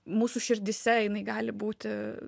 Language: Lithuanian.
mūsų širdyse jinai gali būti